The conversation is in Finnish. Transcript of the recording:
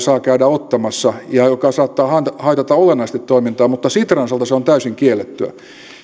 saa käydä ottamassa mikä saattaa haitata olennaisesti toimintaa mutta sitran osalta se on täysin kiellettyä